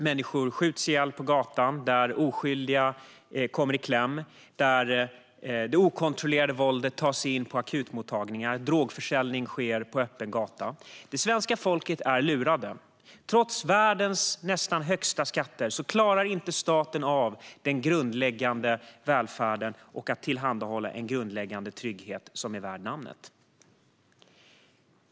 Människor skjuts ihjäl på gatan, oskyldiga kommer i kläm, det okontrollerade våldet tar sig in på akutmottagningarna och drogförsäljning sker på öppen gata. Svenskarna är lurade. Trots världens nästan högsta skatter klarar staten inte av den grundläggande välfärden och att tillhandahålla en grundläggande trygghet som är värd namnet.